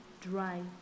dry